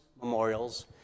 memorials